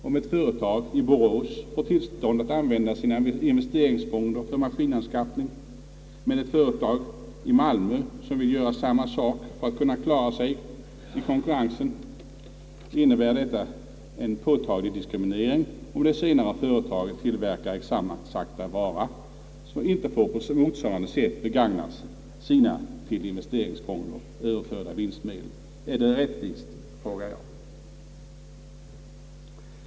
Om ett företag i Borås får tillstånd att använda sina investeringsfonder för maskinanskaffning, men ett företag i Malmö, som vill göra samma sak för att kunna klara sig i konkurrensen och som tillverkar exakt samma vara, inte får på motsvarande sätt begagna sina till investeringsfonden överförda vinstmedel, innebär det en påtaglig diskriminering. Är det rättvist? frågar jag.